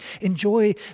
enjoy